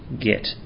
get